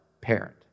parent